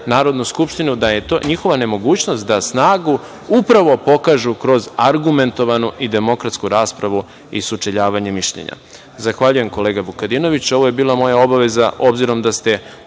Narodnu skupštinu, da je njihova nemogućnost da snagu upravo pokažu kroz argumentovanu i demokratsku raspravu i sučeljavanje mišljenja. Zahvaljujem, kolega Vukadinoviću. Ovo je bila moja obaveza obzirom da ste